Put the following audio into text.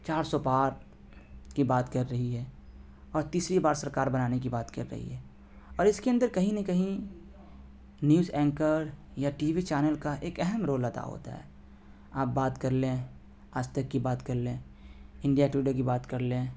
چار سو پار کی بات کر رہی ہے اور تیسری بار سرکار بنانے کی بات کر رہی ہے اور اس کے اندر کہیں نہ کہیں نیوز اینکر یا ٹی وی چینل کا ایک اہم رول ادا ہوتا ہے آپ بات کر لیں آج تک کی بات کر لیں انڈیا ٹوڈے کی بات کر لیں